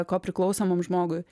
kopriklausomam žmogui